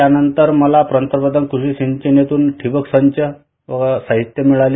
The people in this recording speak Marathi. त्यानंतर मला पंतप्रधान कृषी सिंचन योजनेतून ठिंबक सिंचन साहित्य मिळाले